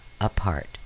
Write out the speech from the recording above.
apart